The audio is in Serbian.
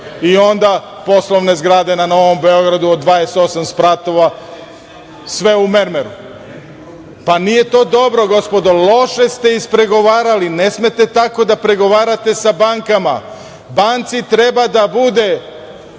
i onda niču poslovne zgrade na Novom Beogradu od 28 spratova, sve u mermeru. Pa, nije to dobro, gospodo. Loše ste ispregovarali. Ne smete tako da pregovarate sa bankama. Banci treba da bude